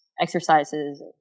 exercises